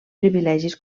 privilegis